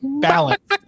balance